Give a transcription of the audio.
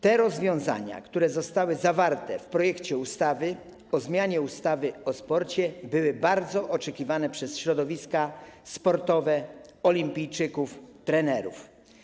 Te rozwiązania, które zostały zawarte w projekcie ustawy o zmianie ustawy o sporcie, były bardzo oczekiwane przez środowiska sportowe, olimpijczyków, trenerów.